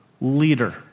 leader